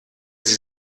sie